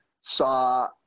saw